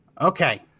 Okay